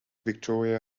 victoria